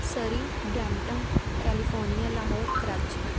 Surrey Brampton California Lahore Karachi